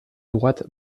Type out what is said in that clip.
droite